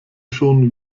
schon